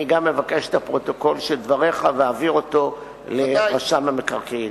אני אבקש גם את הפרוטוקול של דבריך ואעביר אותו לרשם המקרקעין.